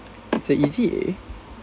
it's easy